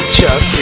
Chuck